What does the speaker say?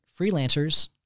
freelancers